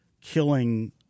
killing